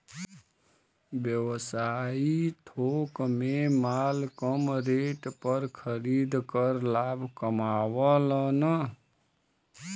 व्यवसायी थोक में माल कम रेट पर खरीद कर लाभ कमावलन